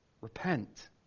Repent